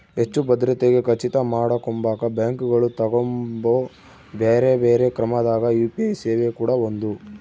ಹೆಚ್ಚು ಭದ್ರತೆಗೆ ಖಚಿತ ಮಾಡಕೊಂಬಕ ಬ್ಯಾಂಕುಗಳು ತಗಂಬೊ ಬ್ಯೆರೆ ಬ್ಯೆರೆ ಕ್ರಮದಾಗ ಯು.ಪಿ.ಐ ಸೇವೆ ಕೂಡ ಒಂದು